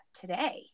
today